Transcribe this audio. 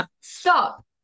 Stop